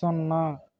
సున్నా